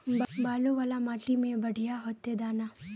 बालू वाला माटी में बढ़िया होते दाना?